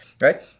right